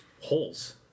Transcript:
holes